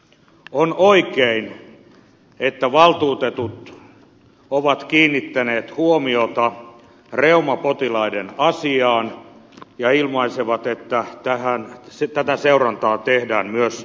on oikein että valtuutetut ovat kiinnittäneet huomiota reumapotilaiden asiaan ja ilmaisevat että tätä seurantaa tehdään myös jatkossa